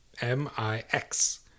M-I-X